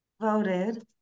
voted